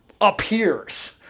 appears